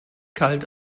kalt